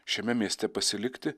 šiame mieste pasilikti